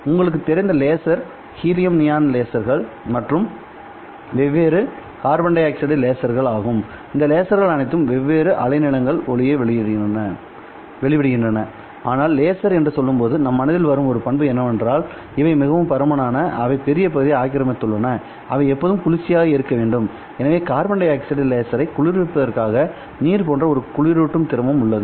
உங்களுக்குத் தெரிந்த லேசர்கள் ஹீலியம் நியான் லேசர்கள் அல்லது வெவ்வேறு கார்பன் டை ஆக்சைடு லேசர்கள் ஆகும்இந்த லேசர்கள் அனைத்தும் வெவ்வேறு அலைநீளங்களில் ஒளியை வெளியிடுகின்றன ஆனால் லேசர் என்று சொல்லும்போது நம் மனதில் வரும் ஒரு பண்பு என்னவென்றால் இவை மிகவும் பருமனான அவை பெரிய பகுதியை ஆக்கிரமித்துள்ளன அவை எப்போதும் குளிர்ச்சியாக இருக்க வேண்டும் எனவே கார்பன் டை ஆக்சைடு லேசரை குளிர்விப்பதற்காக நீர் போன்ற ஒரு குளிரூட்டும் திரவம் உள்ளது